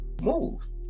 move